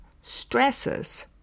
stresses